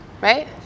right